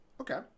Okay